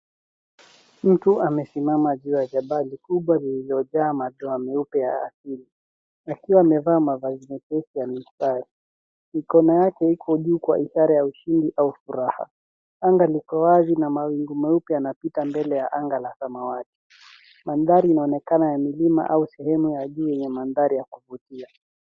Mtu amesimama juu ya jabali kubwa lililojaa madoa meupe yakiwa amevaa mavazi ya mistari. Mikono yake iko juu kwa ishara ya ushindi au furaha. Anga liko wazi na mawingu meupe yanapita mbele ya anga la samawati. Mandhari inaonekana ya milima au sehemu ya juu yenye mandhari ya kuvutia.